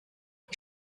die